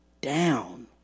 down